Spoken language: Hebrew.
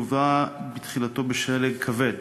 לווה בתחילתו בשלג כבד,